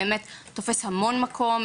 באמת תופס המון מקום.